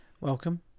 Welcome